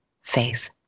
faith